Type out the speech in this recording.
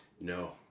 No